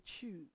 choose